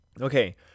Okay